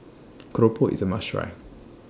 Keropok IS A must Try